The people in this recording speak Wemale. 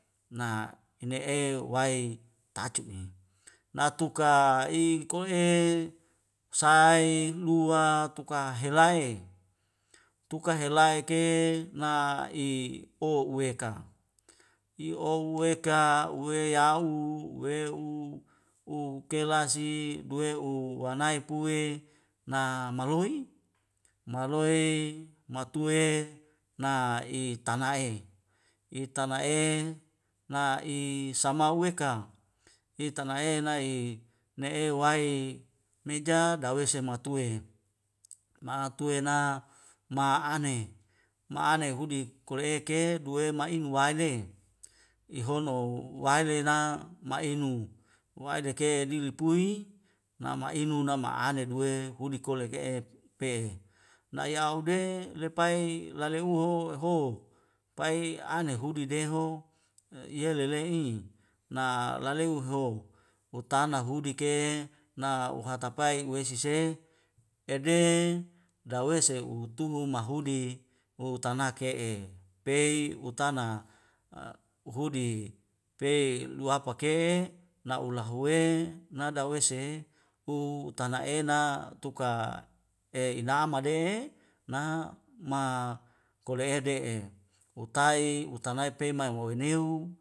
Na ina'e wai ta'acu i latuka i ko'e sai lua tuka helae tuka helae ke na i o uweka i o uweka uwe a'u uwe'u ukela si duwe'u wanai pue na maloi maloi matuwe na i tana'e i tana'e na i sama weka i tana'e nai na'e wai meja dawese matue ma'atue na ma'ane hudi kole'eke duwe ma'iun wa'ane ihono waena na ma'inu wa'ade ke lil pui nama'inu nama'ane duwe hudi kole ke'e pe na'ayau de lepai lale uwo ho eho pai ane hudi deho yelele'i na laleho ho hotana hudi ke na uhatapai uwei sisei ede dawe se uhutubu mahudi u tanake'e pei utana a hudi pei luwapa ke na'ula huwe nadawese u tana'ena tuka e ina'ama de na ma kole'e de'e utai utanai pemawawineu